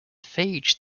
phage